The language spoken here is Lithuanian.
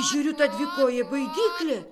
žiūriu ta dvikojė baidyklė